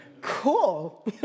Cool